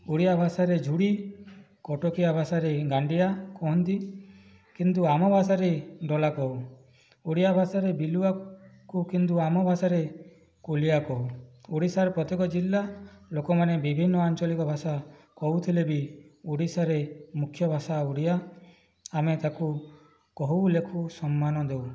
ଓଡିଆ ଭାଷା ରେ ଝୁଡି କଟକିଆ ଭାଷାରେ ଗାଣ୍ଡିଆ କୁହନ୍ତି କିନ୍ତୁ ଆମ ଭାଷାରେ ଡଲା କହୁ ଓଡିଆ ଭାଷାରେ ବିଲୁଆକୁ କିନ୍ତୁ ଆମ ଭାଷା ରେ କୁଲିଆ କହୁ ଓଡ଼ିଶାରେ ପ୍ରତ୍ୟେକ ଜିଲ୍ଲା ଲୋକମାନେ ବିଭିନ୍ନ ଆଞ୍ଚଳିକ ଭାଷା କହୁଥିଲେ ବି ଓଡ଼ିଶାରେ ମୁଖ୍ୟ ଭାଷା ଓଡିଆ ଆମେ ତାକୁ କହୁ ଲେଖୁ ସମ୍ମାନ ଦେଉ